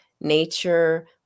nature